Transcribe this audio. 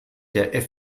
der